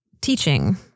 Teaching